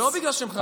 לא בגלל שהם חרדים.